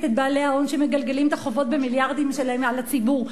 את בעלי ההון שמגלגלים את החובות שלהם במיליארדים על הציבור,